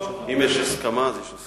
אם יש הסכמה אז יש הסכמה.